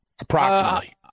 Approximately